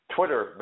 Twitter